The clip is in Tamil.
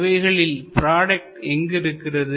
இவைகளில் ப்ராடக்ட் எங்கு இருக்கிறது